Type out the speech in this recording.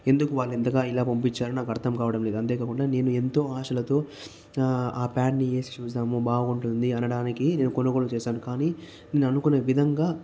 ఎందుకు వాళ్ళు ఇంతగా ఇలా పంపించారో నాకు అర్ధం కావడం లేదు అంతే కాకుండా నేను ఎంతో ఆశతో ఆ ప్యాంటుని వేసి చూశాము బాగుంటుంది అనడానికి నేను కొనుగోలు చేశాను కానీ నేను అనుకున్న విధంగా